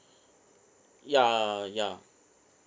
ya ya